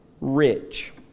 rich